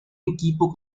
equipo